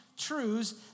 truths